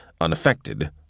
unaffected